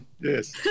yes